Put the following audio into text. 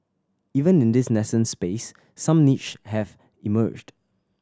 even in this nascent space some niches have emerged